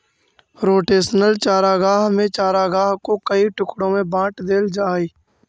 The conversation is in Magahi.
रोटेशनल चारागाह में चारागाह को कई टुकड़ों में बांट देल जा हई